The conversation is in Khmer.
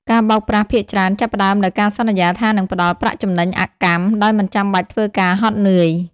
ការបោកប្រាស់ភាគច្រើនចាប់ផ្តើមដោយការសន្យាថានឹងផ្តល់ "ប្រាក់ចំណេញអកម្ម" ដោយមិនចាំបាច់ធ្វើការហត់នឿយ។